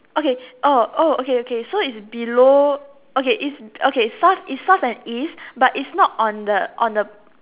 okay oh oh okay okay so is below okay is okay starts it starts with East but is not on the on the